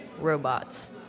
robots